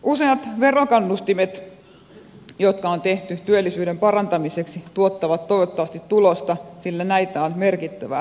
useat verokannustimet jotka on tehty työllisyyden parantamiseksi tuottavat toivottavasti tulosta sillä näitä on merkittävä liuta